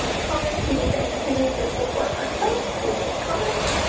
comments, people sharing opinions or support on a post, which is comments,